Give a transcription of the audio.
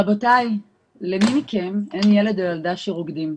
רבותי, למי מכם אין ילד או ילדה שרוקדים?